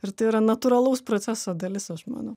ir tai yra natūralaus proceso dalis aš manau